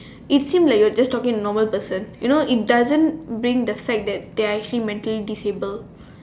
it seems like you are just talking to a normal person you know it doesn't bring the fact that they are actually mentally disabled